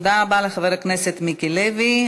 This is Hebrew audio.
תודה רבה לחבר הכנסת מיקי לוי.